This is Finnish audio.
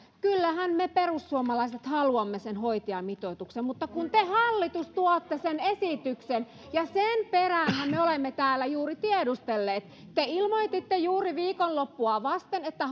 kyllähän me perussuomalaiset haluamme sen hoitajamitoituksen mutta kun te hallitus tuotte sen esityksen ja sen peräänhän me olemme täällä juuri tiedustelleet te ilmoititte juuri viikonloppua vasten että